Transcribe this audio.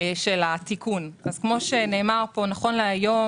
של התיקון כפי שנאמר פה, נכון להיום